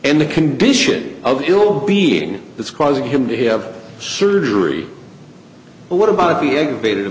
and the condition of ill being that's causing him to have surgery but what about the aggravated